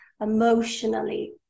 emotionally